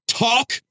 Talk